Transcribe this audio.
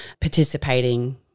participating